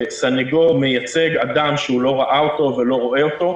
סנגור מייצג אדם שהוא לא ראה אותו ולא רואה אותו.